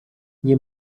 nie